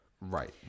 Right